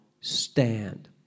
stand